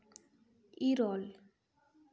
ᱤᱨᱚᱞ